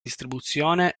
distribuzione